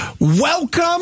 Welcome